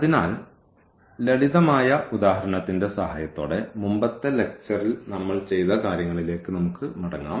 അതിനാൽ ലളിതമായ ഉദാഹരണത്തിന്റെ സഹായത്തോടെ മുമ്പത്തെ ലെക്ച്ചർൽ നമ്മൾ ചെയ്ത കാര്യങ്ങളിലേക്ക് നമുക്ക് മടങ്ങാം